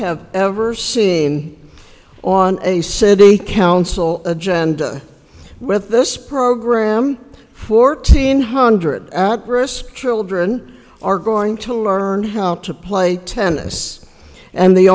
have ever seen on a city council agenda with this program fourteen hundred ad brous children are going to learn how to play tennis and the